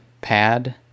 pad